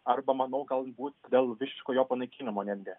arba manau galbūt dėl visiško jo panaikinimo netgi